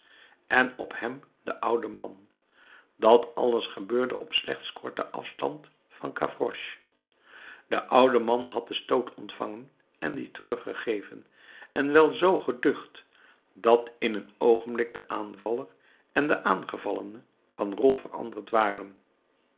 en op hem de oude man dat alles gebeurde op slechts korten afstand van gavroche de oude man had den stoot ontvangen en dien teruggegeven en wel zoo geducht dat in een oogenblik de aanvaller en de aangevallene van rol veranderd waren